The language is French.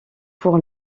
pour